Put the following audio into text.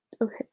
Okay